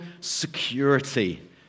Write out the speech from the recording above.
security